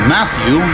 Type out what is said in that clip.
Matthew